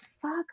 fuck